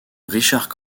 richard